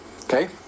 okay